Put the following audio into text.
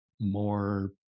more